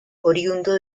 oriundo